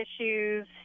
issues